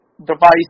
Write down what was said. device